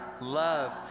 love